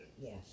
Yes